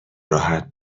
راحت